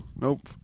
nope